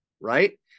Right